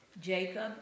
Jacob